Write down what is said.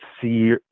see